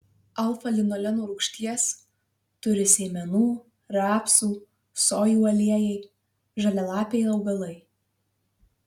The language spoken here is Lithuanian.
alfa linoleno rūgšties turi sėmenų rapsų sojų aliejai žalialapiai augalai